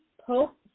Pope